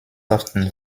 often